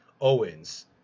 Owens